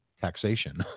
taxation